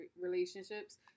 relationships